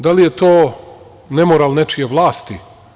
Da li je to nemoral nečije vlasti?